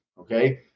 okay